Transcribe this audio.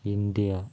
India